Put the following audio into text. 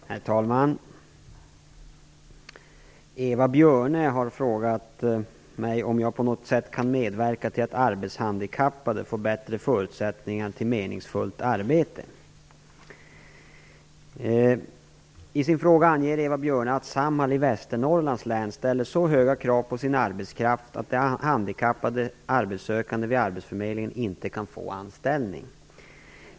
Herr talman! Eva Björne har frågat mig om jag på något sätt kan medverka till att arbetshandikappade får bättre förutsättningar för meningsfullt arbete. I sin fråga anger Eva Björne att Samhall i Västernorrlands län ställer så höga krav på sin arbetskraft att handikappade arbetssökande vid arbetsförmedlingen inte kan få anställning.